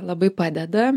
labai padeda